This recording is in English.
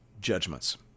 judgments